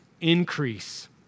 increase